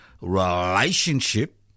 relationship